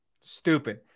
stupid